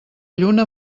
lluna